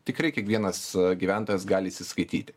tikrai kiekvienas gyventojas gali įsiskaityti